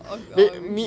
of your with